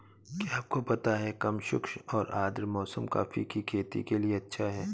क्या आपको पता है कम शुष्क और आद्र मौसम कॉफ़ी की खेती के लिए अच्छा है?